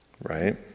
Right